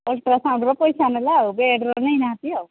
ଅଲ୍ଟ୍ରାସାଉଣ୍ଡର ପଇସା ନେଲା ବେଡ୍ର ନେଇ ନାହାନ୍ତି ଆଉ